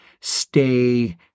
stay